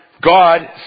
God